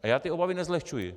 A já ty obavy nezlehčuji.